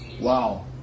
Wow